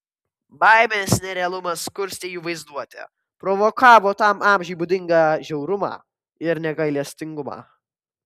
baimės nerealumas kurstė jų vaizduotę provokavo tam amžiui būdingą žiaurumą ir negailestingumą